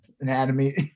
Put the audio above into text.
Anatomy